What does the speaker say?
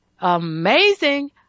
amazing